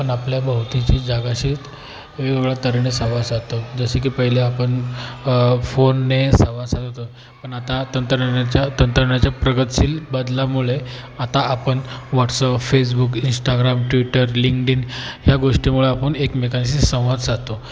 पण आपल्या भवतीची जागा अशी वेगवेगळ्या तऱ्हेने सावाार साचातो जसे की पहिले आपण फोनने संवाद साधत होतो पण आता तंत्रज्ञानाच्या तंत्रज्ञानाच्या प्रगतशील बदलामुळे आता आपण WhatsApp Facebook Instagram Twitter LinkedIn ह्या गोष्टीमुळं आपण एकमेकांशी संवाद साधतो